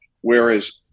Whereas